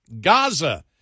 Gaza